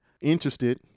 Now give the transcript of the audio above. interested